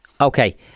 Okay